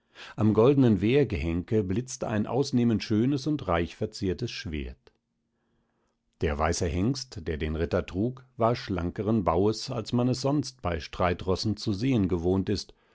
am goldnen wehrgehenke blitzte ein ausnehmend schönes und reichverziertes schwert der weiße hengst der den ritter trug war schlankeren baues als man es sonst bei streitrossen zu sehen gewohnt ist